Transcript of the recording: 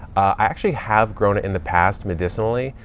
i actually have grown it in the past, medicinally.